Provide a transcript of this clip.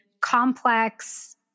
complex